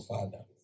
Father